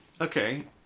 okay